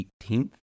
18th